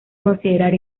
considerar